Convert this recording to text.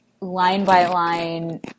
line-by-line